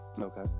Okay